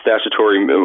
statutory